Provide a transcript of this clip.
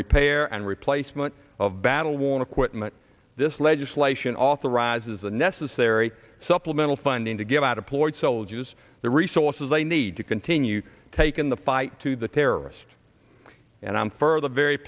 repair and replacement of battle want to quit and this legislation authorizes the necessary supplemental funding to give out a ploy soldiers the resources they need to continue taking the fight to the terrorists and i'm further very